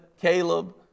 Caleb